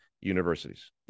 universities